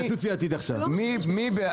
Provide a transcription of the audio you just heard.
מי בעד,